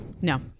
No